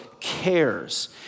cares